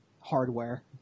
hardware